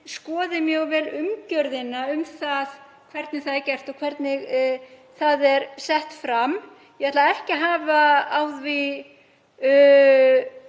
skoði mjög vel umgjörðina um það, hvernig það er gert og hvernig það er sett fram. Ég ætla ekki að hafa á því